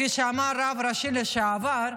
כפי שאמר הרב הראשי לשעבר,